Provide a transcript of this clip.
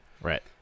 Right